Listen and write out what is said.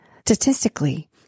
Statistically